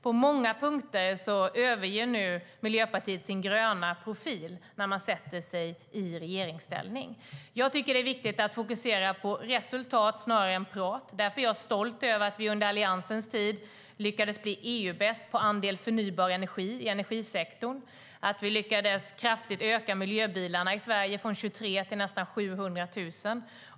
På många punkter överger nu Miljöpartiet sin gröna profil när man sätter sig i regeringsställning. Det är viktigt att fokusera på resultat snarare än prat. Därför är jag stolt över att vi under Alliansens tid lyckades bli EU-bäst på andel förnybar energi i energisektorn. Vi lyckades kraftigt öka miljöbilarna i Sverige från 23 000 till nästan 700 000.